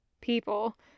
People